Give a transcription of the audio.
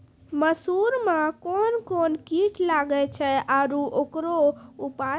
मसूर मे कोन कोन कीट लागेय छैय आरु उकरो उपाय?